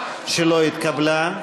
נתקבלה.